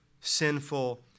sinful